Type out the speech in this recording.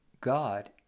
God